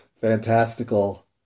fantastical